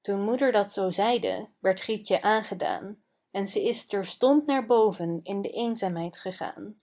toen moeder dat zoo zeide werd grietjen aangedaan en ze is terstond naar boven in de eenzaamheid gegaan